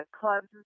clubs